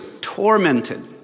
tormented